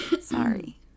Sorry